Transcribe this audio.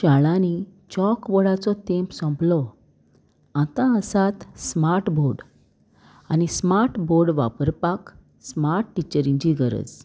शाळांनी चॉकबोर्डाचो तेंप सोंपलो आतां आसात स्मार्ट बोर्ड आनी स्मार्ट बोर्ड वापरपाक स्मार्ट टिचरींची गरज